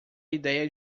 ideia